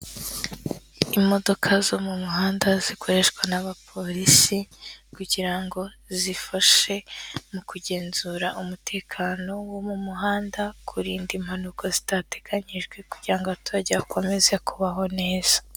Imodoka zo mu muhanda zikoreshwa n'abapolisi kugira ngo zifashe mu kugenzura umutekano wo mu muhanda, kurinda impanuka zitateganyijwe kugira ngo abaturage bakomeze kubaho neza.